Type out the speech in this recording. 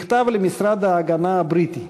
מכתב למשרד ההגנה הבריטי,